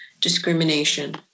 discrimination